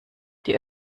die